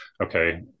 Okay